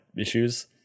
issues